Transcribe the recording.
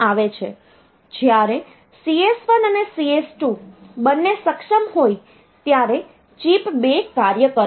જ્યારે CS1 અને CS2 બંને સક્ષમ હોય ત્યારે ચિપ 2 કાર્ય કરે છે